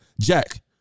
Jack